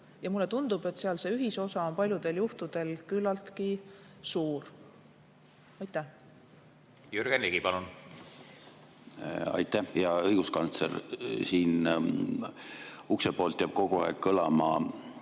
Ja mulle tundub, et seal see ühisosa on paljudel juhtudel küllaltki suur. Jürgen Ligi, palun! Jürgen Ligi, palun! Aitäh! Hea õiguskantsler! Siit ukse poolt jääb kogu aeg kõlama